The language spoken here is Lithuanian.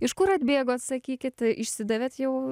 iš kur atbėgot sakykite išsidavėt jau